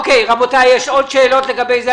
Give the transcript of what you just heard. רבותיי, יש עוד שאלות לגבי זה?